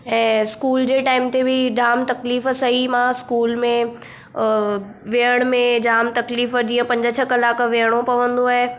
ऐं स्कूल जे टाइम ते बि जामु तकलीफ़ु सही मां स्कूल में अ विहण में जामु तकलीफ़ु जीअं पंज छ्ह कलाक विहणो पवंदो आहे